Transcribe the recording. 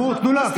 תצעק.